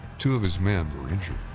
two of his men were injured.